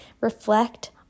reflect